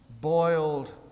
boiled